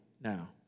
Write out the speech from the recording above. now